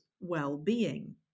well-being